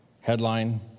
headline